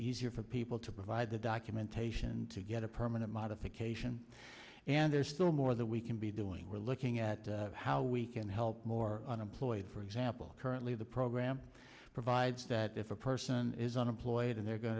easier for people to provide the documentation to get a permanent modification and there's still more that we can be doing we're looking at how we can help more unemployed for example currently the program provides that if a person is unemployed and they're going